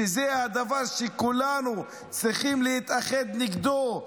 שזה הדבר שכולנו צריכים להתאחד נגדו,